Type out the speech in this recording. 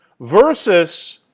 versus